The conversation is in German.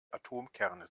atomkerne